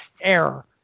error